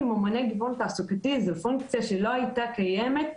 ממוני גיוון תעסוקתי זו פונקציה שלא היתה קיימת.